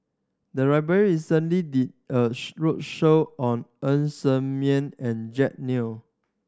the library recently did a roadshow on Ng Ser Miang and Jack Neo